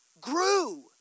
grew